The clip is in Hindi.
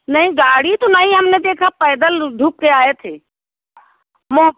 नहीं गाड़ी तो नहीं हमने देखा पैदल लुधुक के आए थे मोह